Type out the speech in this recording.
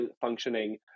functioning